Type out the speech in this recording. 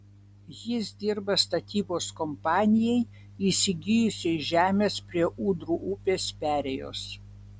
jis dirba statybos kompanijai įsigijusiai žemės prie ūdrų upės perėjos